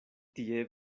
tie